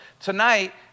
tonight